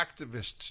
activists